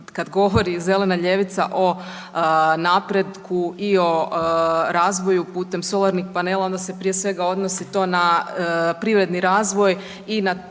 zelena ljevica o napretku i o razvoju putem solarnih panela, onda se prije svega odnosi to na privredni razvoj i na